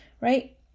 right